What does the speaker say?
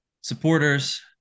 supporters